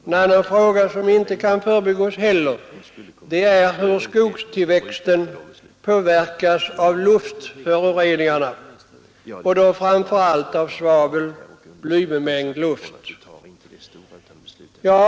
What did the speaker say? En annan fråga som inte heller kan förbigås är hur skogstillväxten påverkas av luftföroreningar, framför allt av svaveloch blybemängd luft.